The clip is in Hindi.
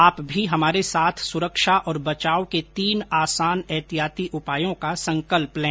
आप भी हमारे साथ सुरक्षा और बचाव के तीन आसान एहतियाती उपायों का संकल्प लें